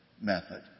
method